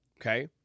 Okay